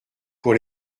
pour